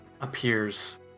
Appears